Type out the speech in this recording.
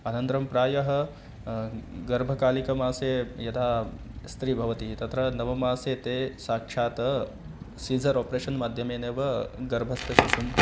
अनन्तरं प्रायः गर्भकालिकमासे यदा स्त्री भवति तत्र नवमासे ते साक्षात् सीज़र् ओपरेशन् माध्यमेनैव गर्भस्थशिशुं